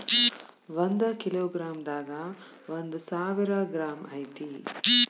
ಒಂದ kilogram ದಾಗ ಒಂದ ಸಾವಿರ ಗ್ರಾಂ ಐತಿ